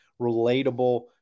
relatable